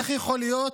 איך יכול להיות